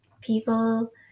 people